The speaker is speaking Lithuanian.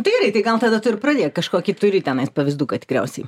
tai gerai tai gal tada tu ir pradėk kažkokį turi tenais pavyzduką tikriausiai